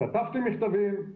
כתבתי מכתבים,